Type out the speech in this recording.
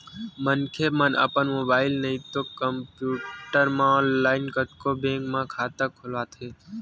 मनखे मन अपन मोबाईल नइते कम्प्यूटर म ऑनलाईन कतको बेंक म खाता खोलवाथे